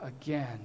again